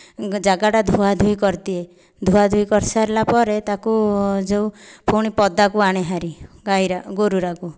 ଜାଗାଟା ଧୁଆଧୁଇ କରିଦିଏ ଧୁଆଧୁଇ କରିସାରିଲାପରେ ତାକୁ ଯେଉଁ ପୁଣି ପଦାକୁ ଆଣେ ହାରି ଗାଈଗୁଡ଼ା ଗୋରୁଗୁଡ଼ାଙ୍କୁ